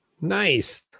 nice